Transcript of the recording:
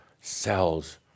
cells